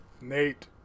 Nate